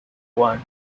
van